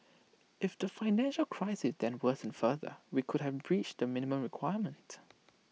if the financial crisis then worsened further we could have breached the minimum requirement